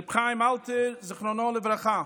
ר' חיים אלתר זיכרונו לברכה,